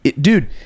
Dude